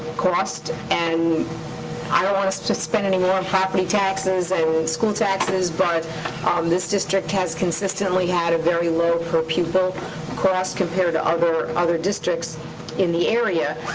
cost, and i don't wanna spend any more in property taxes, and school taxes, but um this district has consistently had a very low per pupil cost compared to other other districts in the area.